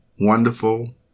wonderful